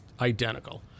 identical